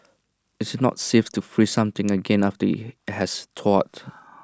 it's not safe to freeze something again after IT has thawed